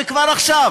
וכבר עכשיו